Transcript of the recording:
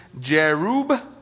Jerub